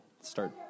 start